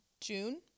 June